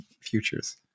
futures